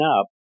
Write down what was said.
up